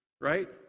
right